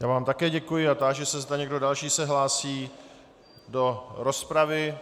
Já vám také děkuji a táži se, zda někdo další se hlásí do rozpravy.